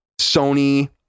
Sony